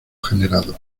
generado